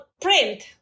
print